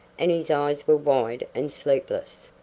and his eyes were wide and sleepless.